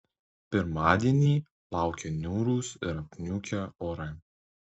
pirmadienį laukia niūrūs ir apniukę orai